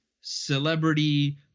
celebrity